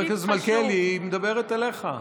חבר הכנסת מלכיאלי, היא מדברת אליך.